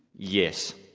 yes.